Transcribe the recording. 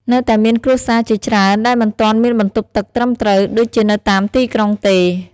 នៅតែមានគ្រួសារជាច្រើនដែលមិនទាន់មានបន្ទប់ទឹកត្រឹមត្រូវដូចជានៅតាមទីក្រុងទេ។